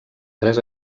tres